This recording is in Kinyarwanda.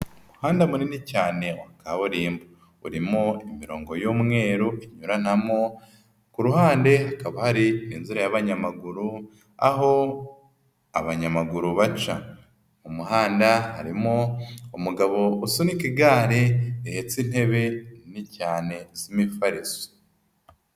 Umuhanda munini cyane wa kaburimbo urimo imirongo y'umweru inyuranamo, kuhande hakaba hari n'inzira y'abanyamaguru aho abanyamaguru baca, mu muhanda harimo umugabo usunika igare rihetse intebe nini cyane z'imifariso.